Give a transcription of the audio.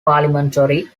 parliamentary